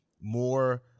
more